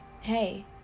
hey